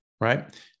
right